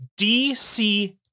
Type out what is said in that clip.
DC